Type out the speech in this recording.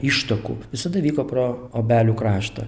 ištakų visada vyko pro obelių kraštą